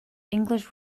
english